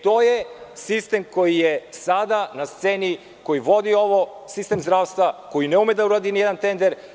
To je sistem koji sada na sceni, koji vodi ovaj sistem zdravstva, koji ne ume da uradi ni jedan tender.